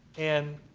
and,